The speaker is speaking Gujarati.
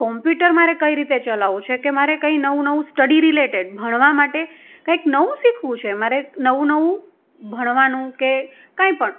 કોમ્પ્યુટર મારે કઈ રીતે ચલાવવું છે કે મારે કઈ નવું નવું સ્ટડી રિલેટેડ ભણવા માટે કંઈક નવું શીખવું છે મારે નવું નવું ભણવાનું કે કંઈપણ